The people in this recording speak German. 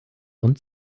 und